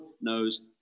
knows